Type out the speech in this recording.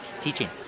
teaching